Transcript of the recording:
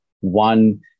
one